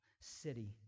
city